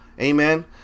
Amen